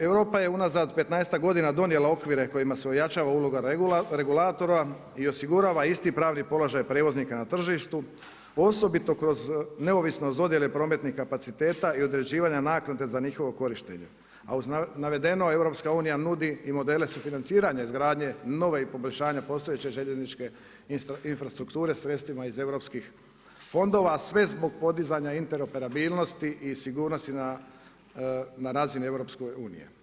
Europa je unazad petnaestak godina donijela okvire kojima se ojačava uloga regulatora i osigurava isti pravni položaj prijevoznika na tržištu osobito kroz neovisnost dodjele prometnih kapaciteta i određivanja naknade za njihovo korištenje, a uz navedeno EU nudi i modele sufinanciranja izgradnje nove i poboljšanja postojeće željezničke infrastrukture sredstvima iz EU fondova, a sve zbog podizanja interoperabilnosti i sigurnosti na razini EU.